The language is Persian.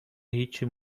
هیچی